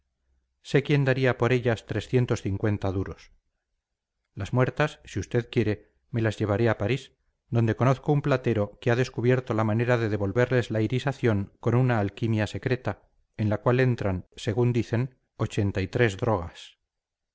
sé quién daría por ellas duros las muertas si usted quiere me las llevaré a parís donde conozco un platero que ha descubierto la manera de devolverles la irisación por una alquimia secreta en la cual entran según dicen drogas entre las avemarías de